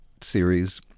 series